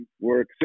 works